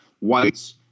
whites